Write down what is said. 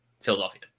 Philadelphia